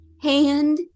Hand